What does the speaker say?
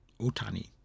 Otani